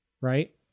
right